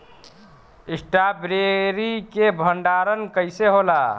Strawberry के भंडारन कइसे होला?